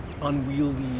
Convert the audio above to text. unwieldy